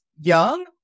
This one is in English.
young